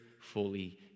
fully